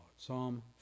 Psalm